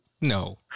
No